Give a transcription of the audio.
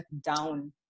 down